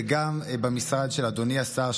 וגם במשרד של אדוני השר,